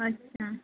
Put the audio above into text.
अच्छा